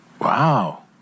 Wow